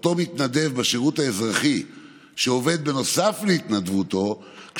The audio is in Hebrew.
אותו מתנדב בשירות האזרחי שבנוסף להתנדבותו הוא עובד,